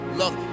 look